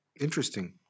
Interesting